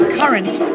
current